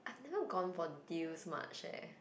I've never gone for deals much eh